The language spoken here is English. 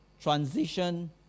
transition